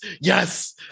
yes